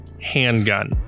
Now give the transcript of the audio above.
handgun